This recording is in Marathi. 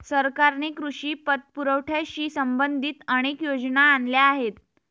सरकारने कृषी पतपुरवठ्याशी संबंधित अनेक योजना आणल्या आहेत